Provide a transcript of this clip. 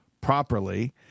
properly